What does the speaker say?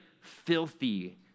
filthy